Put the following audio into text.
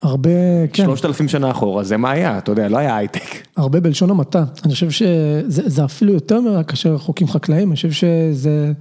3,000 שנה אחורה, זה מה היה, אתה יודע, לא היה הייטק. הרבה בלשון המעטה, אני חושב שזה אפילו יותר ממה, כאשר חוקים חקלאים, אני חושב שזה...